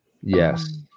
yes